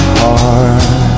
heart